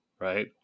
right